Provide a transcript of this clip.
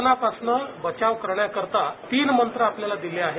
corona पासनं बचाव करण्याकरता तीन मंत्र आपल्याला दिले आहेत